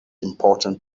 important